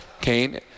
Kane